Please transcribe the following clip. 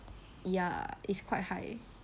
ya it's quite high